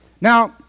Now